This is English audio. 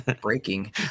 Breaking